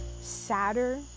sadder